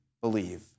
believe